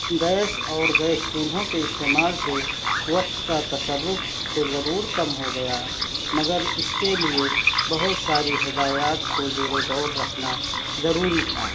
gas اور gas چولہوں کے استعمال سے وقت کا تصوف تو ضرور کم ہو گیا مگر اِس کے لیے بہت ساری ہدایات کو زیرِ غور رکھنا ضروری تھا